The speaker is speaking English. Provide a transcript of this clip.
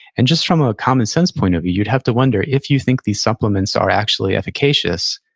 and just from a common-sense point of view, you'd have to wonder, if you think these supplements are actually efficacious,